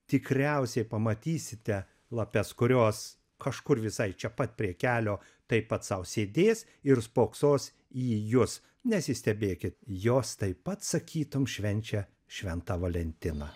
tikriausiai pamatysite lapes kurios kažkur visai čia pat prie kelio taip pat sau sėdės ir spoksos į jus nesistebėkit jos taip pat sakytum švenčia šventą valentiną